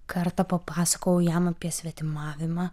kartą papasakojau jam apie svetimavimą